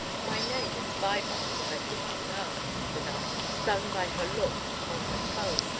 my name is vibart, as i think you know, said i, stung by her look or her tone,